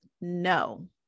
no